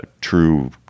true